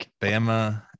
Bama